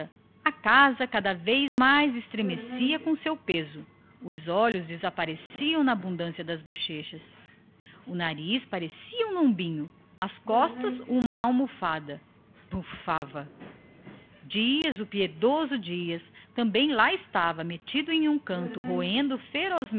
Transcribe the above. a casa estremecia cada vez mais com o seu peso os olhos desapareciam lhe na abundância das bochechas o seu nariz parecia um lombinho as suas costas uma almofada bufava dias o piedoso o doce luís dias também comparecera aquela noite à sala do patrão lá estava metido a um canto roendo